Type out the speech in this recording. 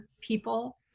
people